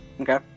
Okay